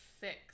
six